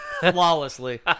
flawlessly